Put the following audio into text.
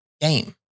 game